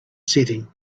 setting